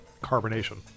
carbonation